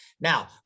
Now